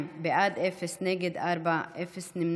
קבוצת סיעת הליכוד וקבוצת סיעת הציונות הדתית אחרי סעיף 2 לא נתקבלה.